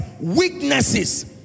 weaknesses